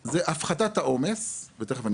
הדבר הראשון הוא הפחתת העומס ותכף אני